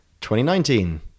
2019